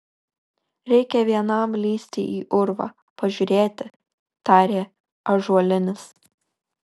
reikia vienam lįsti į urvą pažiūrėti tarė ąžuolinis